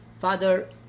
father